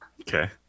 Okay